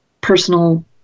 personal